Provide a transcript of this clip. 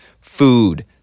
Food